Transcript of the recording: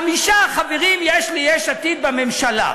חמישה חברים יש ליש עתיד בממשלה,